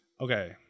Okay